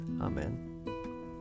Amen